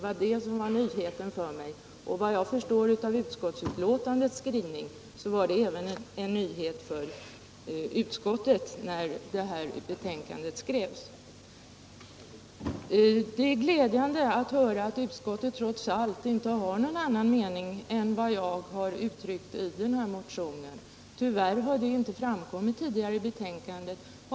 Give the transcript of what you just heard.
Vad jag förstår av utskottets skrivning var det även en nyhet för utskottet när betänkandet skrevs. Det är glädjande att höra att utskottet trots allt inte har någon annan mening än den jag har uttryckt i motionen. Tyvärr framgår det inte av betänkandet.